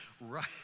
right